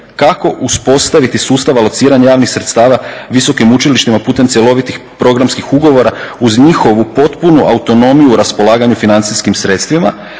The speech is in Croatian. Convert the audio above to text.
kako uspostaviti sustav alociranja javnih sredstava visokim učilištima putem cjelovitim programskih ugovora uz njihovu potpunu autonomiju u raspolaganju financijskim sredstvima